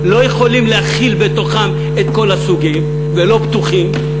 לא יכולים להכיל בתוכם את כל הסוגים ולא פתוחים?